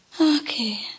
Okay